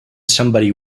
somebody